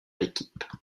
équipes